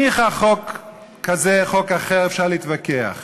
ניחא חוק כזה, חוק אחר, אפשר להתווכח.